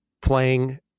playing